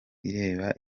ireba